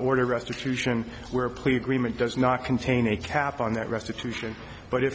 order restitution where a plea agreement does not contain a cap on that restitution but if